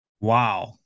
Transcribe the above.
Wow